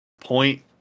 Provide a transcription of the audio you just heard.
point